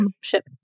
ship